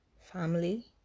family